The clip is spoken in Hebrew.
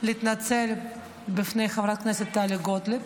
אני חייבת להתנצל בפני חברת הכנסת טלי גוטליב.